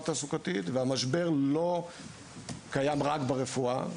תעסוקתית והמשבר לא קיים רק ברפואה.